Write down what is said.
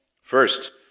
First